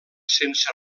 sense